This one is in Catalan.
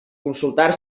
consultar